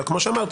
אלא כמו שאמרתי,